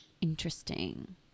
Interesting